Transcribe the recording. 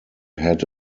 had